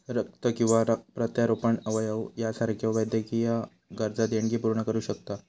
रक्त किंवा प्रत्यारोपण अवयव यासारख्यो वैद्यकीय गरजा देणगी पूर्ण करू शकता